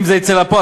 אם זה יצא לפועל,